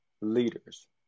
leaders